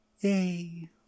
Yay